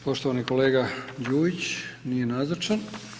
Poštovani kolega Đujić, nije nazočan.